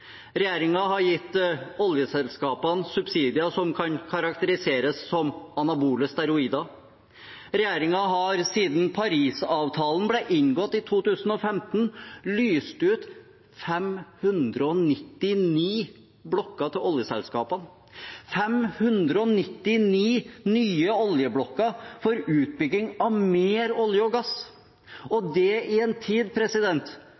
har gitt oljeselskapene subsidier som kan karakteriseres som anabole steroider. Regjeringen har siden Parisavtalen ble inngått i 2015, lyst ut 599 blokker til oljeselskapene – 599 nye oljeblokker for utbygging av mer olje og gass, og det i en tid